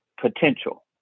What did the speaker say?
potential